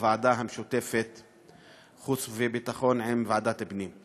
בוועדה המשותפת של חוץ וביטחון ושל ועדת הפנים.